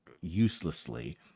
uselessly